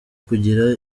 kugira